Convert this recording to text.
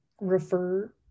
refer